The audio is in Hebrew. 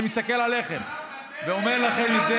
אני אומר לך,